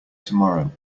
tomorrow